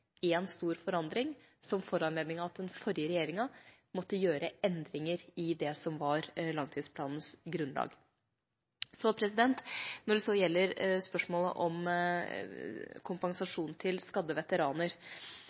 én stor forandring, som foranledning til at den forrige regjeringa måtte gjøre endringer i det som var langtidsplanens grunnlag. Når det så gjelder spørsmålet om kompensasjon til skadde veteraner,